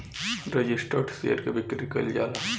registered share के बिक्री कईल जाला